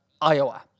Iowa